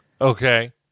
Okay